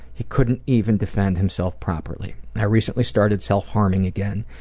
he couldn't even defend himself properly. i recently started self-harming again.